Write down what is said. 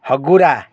ହଗୁରା